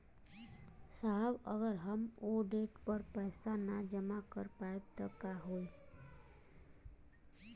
साहब अगर हम ओ देट पर पैसाना जमा कर पाइब त का होइ?